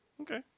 okay